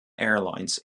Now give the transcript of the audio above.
airlines